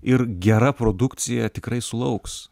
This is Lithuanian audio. ir gera produkcija tikrai sulauks